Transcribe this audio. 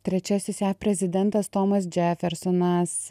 trečiasis jav prezidentas tomas džefersonas